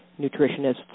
nutritionists